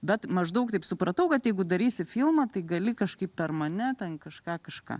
bet maždaug taip supratau kad jeigu darysi filmą tai gali kažkaip per mane ten kažką kažką